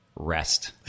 rest